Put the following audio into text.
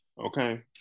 okay